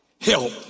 help